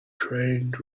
trained